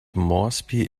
moresby